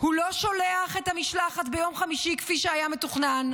הוא לא שולח את המשלחת ביום חמישי כפי שהיה מתוכנן,